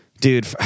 dude